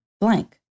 blank